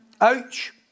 Ouch